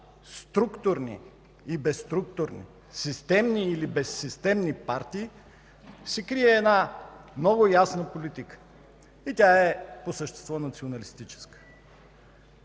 структурни и безструктурни, системни или безсистемни партии се крие една много ясна политика и по същество тя е националистическа.